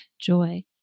joy